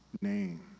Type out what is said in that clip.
name